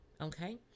Okay